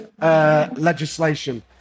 legislation